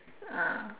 ah